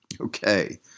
Okay